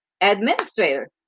administrator